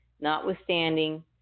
notwithstanding